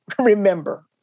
remember